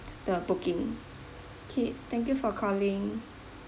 the booking okay thank you for calling